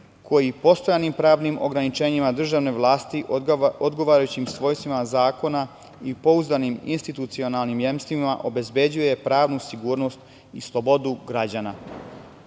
koji postojanim pravnim ograničenjima državne vlasti, odgovarajućim svojstvima zakona i pouzdanim institucionalnim jemstvima obezbeđuje pravnu sigurnost i slobodu građana. Izveštaj